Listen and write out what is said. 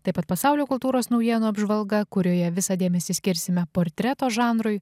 taip pat pasaulio kultūros naujienų apžvalga kurioje visą dėmesį skirsime portreto žanrui